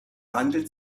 handelt